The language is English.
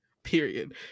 period